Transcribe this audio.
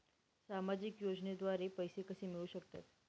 सामाजिक योजनेद्वारे पैसे कसे मिळू शकतात?